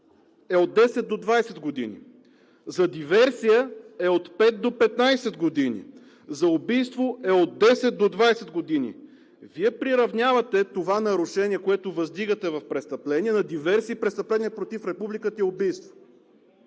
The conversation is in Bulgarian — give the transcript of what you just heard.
е от 10 до 20 години, за диверсия е от 5 до 15 години, за убийство е от 10 до 20 години. Вие приравнявате това нарушение, което въздигате в престъпление, на диверсия и престъпление против Републиката,